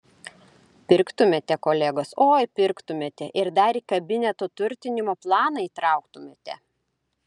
pirktumėte kolegos oi pirktumėte ir dar į kabineto turtinimo planą įtrauktumėte